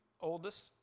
oldest